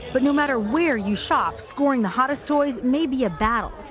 but no matter where you shop, scoring the hottest toys may be a battle.